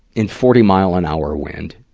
in forty mile an hour wind,